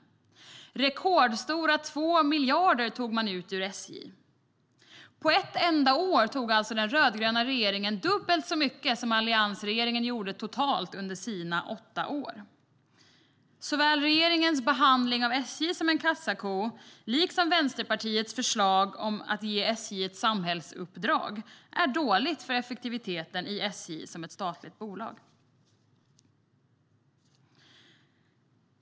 Rekordhöga 2 miljarder tog man ut ur SJ. På ett enda år tog alltså den rödgröna regeringen ut dubbelt så mycket som alliansregeringen gjorde totalt under sina åtta år. Såväl regeringens behandling av SJ som kassako som Vänsterpartiets förslag om att ge SJ ett samhällsuppdrag är dåligt för effektiviteten i SJ som statligt bolag.